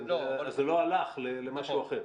זה לא הלך למשהו אחר.